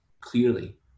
clearly